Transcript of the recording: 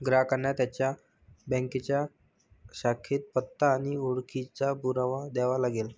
ग्राहकांना त्यांच्या बँकेच्या शाखेत पत्ता आणि ओळखीचा पुरावा द्यावा लागेल